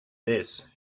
this